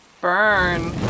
Burn